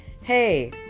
hey